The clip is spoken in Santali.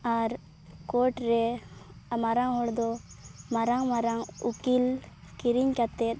ᱟᱨ ᱠᱳᱴ ᱨᱮ ᱢᱟᱨᱟᱝ ᱦᱚᱲ ᱫᱚ ᱢᱟᱨᱟᱝ ᱢᱟᱨᱟᱝ ᱩᱠᱤᱞ ᱠᱤᱨᱤᱧ ᱠᱟᱛᱮᱫ